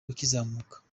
ukizamuka